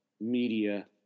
media